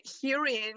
hearing